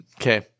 Okay